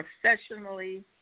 professionally